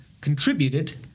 contributed